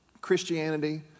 Christianity